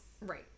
Right